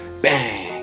bang